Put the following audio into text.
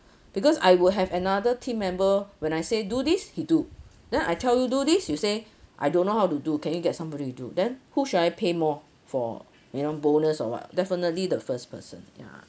because I would have another team member when I say do this he do then I tell you do this you say I don't know how to do can you get somebody to do then who should I pay more for you know bonus or what definitely the first person ya